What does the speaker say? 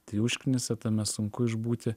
tai užknisa tame sunku išbūti